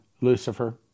Lucifer